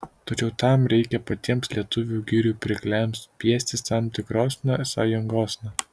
tačiau tam reikia patiems lietuvių girių pirkliams spiestis tam tikrosna sąjungosna